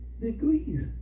Degrees